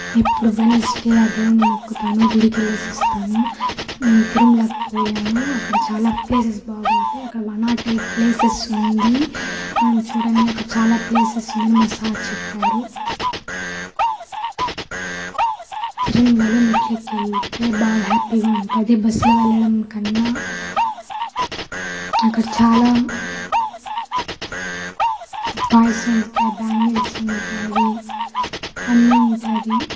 ఎప్పుడు వెన్సడే ఆ దేవున్ని మొక్కుతాను గుడికి వెళ్లేసి వస్తాను నేను తిరుమలకి పోయాను అక్కడ చాలా ప్లేసెస్ బాగుంటే అక్కడ వన్ నాట్ ఎయిట్ ప్లేసెస్ ఉంది మనం చూడనివి చాలా ప్లేసెస్ ఉందని మా సార్ చెప్పారు తిరుమలలో మెట్లు ఎక్కి వెళ్తే బాగా హ్యాపీగా ఉంటుంది బస్సులో వెళ్లడం కన్నా అక్కడ చాలా టాయ్స్ ఉంటాయి బ్యాంగిల్స్ ఉంటాయి అన్నీ ఉంటుంది